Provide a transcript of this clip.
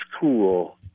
cool